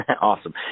Awesome